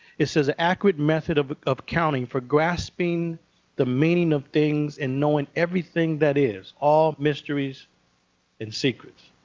it says accurate method of of counting for grasping the meaning of things and knowing everything that is, all mysteries and secrets.